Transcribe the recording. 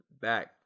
Back